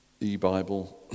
e-Bible